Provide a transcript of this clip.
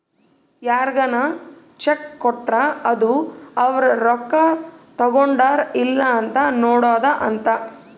ಯಾರ್ಗನ ಚೆಕ್ ಕೊಟ್ರ ಅದು ಅವ್ರ ರೊಕ್ಕ ತಗೊಂಡರ್ ಇಲ್ಲ ಅಂತ ನೋಡೋದ ಅಂತ